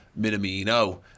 Minamino